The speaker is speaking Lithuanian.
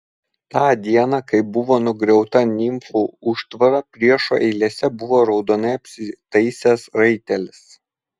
tą dieną kai buvo nugriauta nimfų užtvara priešo eilėse buvo raudonai apsitaisęs raitelis